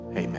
amen